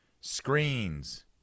Screens